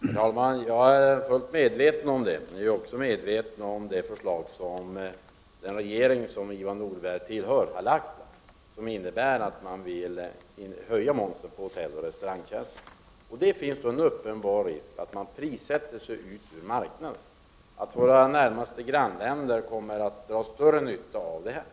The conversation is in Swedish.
Herr talman! Jag är fullt medveten om det. Jag är också medveten om det förslag som den regeringen som Ivar Nordberg tillhör har lagt fram. Förslaget innebär att man vill höja momsen på hotelloch restaurangtjänster. Det föreligger en uppenbar risk att man prissätter sig ut ur marknaden och att våra närmaste grannländer kommer att dra större nytta av det här.